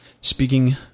speaking